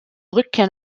rückkehr